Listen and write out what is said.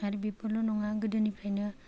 आरो बेफोरल' नङा गोदोनिफ्रायनो